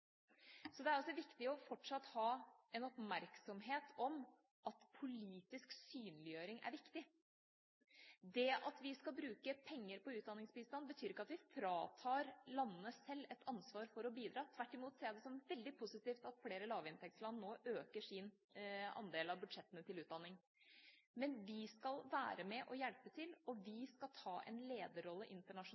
Så det er altså viktig fortsatt å ha en oppmerksomhet om at politisk synliggjøring er viktig. Det at vi skal bruke penger på utdanningsbistand, betyr ikke at vi fratar landene selv et ansvar for å bidra. Tvert imot ser jeg det som veldig positivt at flere lavinntektsland nå øker sin andel av budsjettene til utdanning. Men vi skal være med og hjelpe til, og vi skal ta en lederrolle